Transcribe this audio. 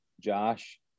Josh